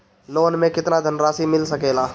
Loan मे केतना धनराशी मिल सकेला?